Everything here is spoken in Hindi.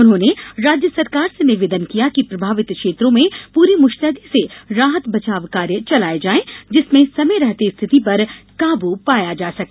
उन्होंने राज्य सरकार से निवेदन किया कि प्रभावित क्षेत्रों में पूरी मुस्तैदी से राहत बचाव कार्य चलाए जाएं जिससे समय रहते स्थिति पर काबू पाया जा सके